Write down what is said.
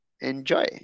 enjoy